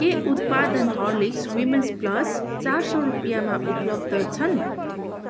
के उत्पादन Horlicks women's plus चार सौ रुपियाँमा उपलब्ध छन्